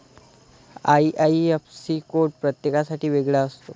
IIFC code प्रत्येकासाठी वेगळा असतो